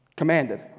commanded